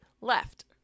left